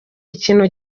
ikintu